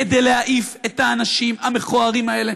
כדי להעיף את האנשים המכוערים האלה